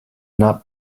not